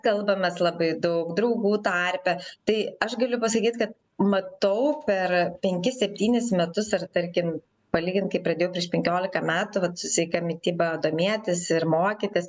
mes kalbamės labai daug draugų tarpe tai aš galiu pasakyt kad matau per penkis septynis metus ar tarkim palygint kaip pradėjau prieš penkiolika metų vat su sveika mityba domėtis ir mokytis